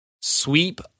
Sweep